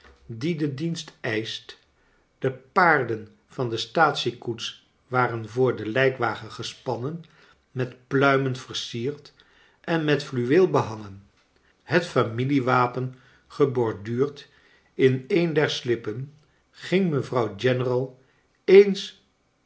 die de dienst eischt de paarden van de staatsiekoets waren voor den lijkwagen gespannen met pluimen versierd en met fluweel behangen het familiewapen geborduurd in een der slippen ging mevrouw general eens